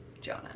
Jonah